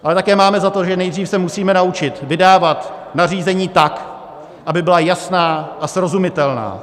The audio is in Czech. Ale také máme za to, že nejdřív se musíme naučit vydávat nařízení tak, aby byla jasná a srozumitelná.